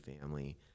family